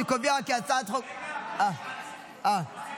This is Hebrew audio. אני קובע כי הצעת חוק --- תוסיף אותי לפרוטוקול.